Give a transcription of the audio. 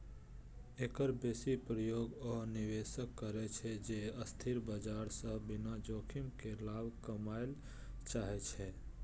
एकर बेसी प्रयोग ओ निवेशक करै छै, जे अस्थिर बाजार सं बिना जोखिम के लाभ कमबय चाहै छै